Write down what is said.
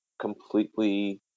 completely